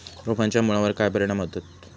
रोपांच्या मुळावर काय परिणाम होतत?